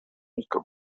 nisko